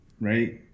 right